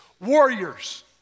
warriors